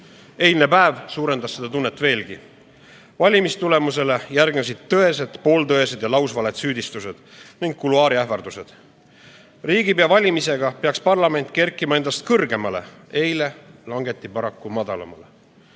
Eilne päev suurendas seda tunnet veelgi. Valimistulemusele järgnesid tõesed, pooltõesed ja lausvaled süüdistused ning kuluaariähvardused. Riigipea valimisega peaks parlament kerkima kõrgemale, eile langeti paraku madalamale.